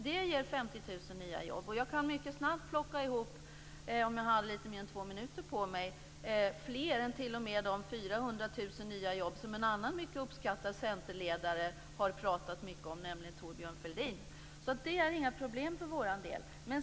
Det ger 50 000 nya jobb. Om jag hade lite mer än två minuter på mig skulle jag t.o.m. kunna plocka ihop fler än de 400 000 nya jobb som en annan mycket uppskattad centerledare pratade mycket om, nämligen Thorbjörn Fälldin. Det är inga problem för vår del.